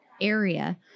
area